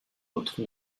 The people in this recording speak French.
outre